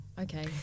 okay